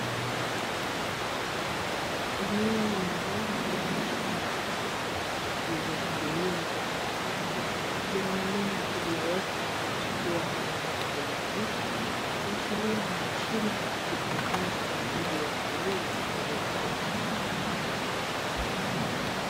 Eneo la ndani la mashine za kisasa zilizopangiliwa katika safu za mimea iliyoota na kuchipua kwa rangi ya kijani kibichi, kuashiria ni mashine zitumikazo kwa ajili ya shughuli za kilimo.